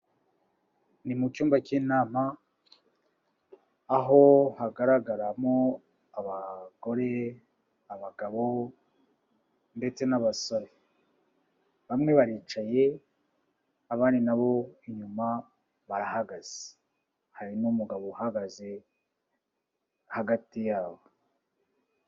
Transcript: Ni mu cyumba cy'inama, aho hagaragaramo abagore, abagabo ndetse n'abasore. bamwe baricaye, abandi na bo inyuma barahagaze. Hari n'umugabo uhagaze hagati yabo.